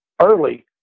early